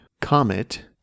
Comet